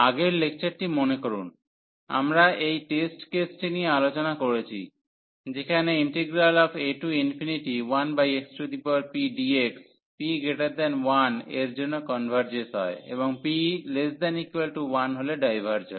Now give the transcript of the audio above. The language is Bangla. আগের লেকচারটি মনে করুন আমরা এই টেস্ট কেসটি নিয়ে আলোচনা করেছি যেখানে a1xpdx p1 এর জন্য কনভার্জস হয় এবং p≤1 হলে ডাইভার্জ হয়